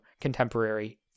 contemporary